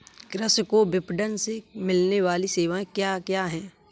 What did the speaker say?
कृषि को विपणन से मिलने वाली सेवाएँ क्या क्या है